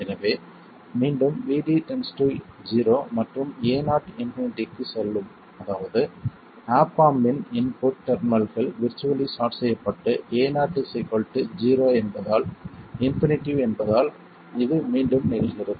எனவே மீண்டும் Vd 0 மற்றும் Ao இன்பினிட்டிக்கு செல்லும் அதாவது ஆப் ஆம்ப் இன் இன்புட் டெர்மினல்கள் விர்ச்சுவல்லி ஷார்ட் செய்யப்பட்டு Ao ∞ என்பதால் இது மீண்டும் நிகழ்கிறது